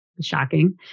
Shocking